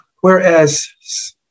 Whereas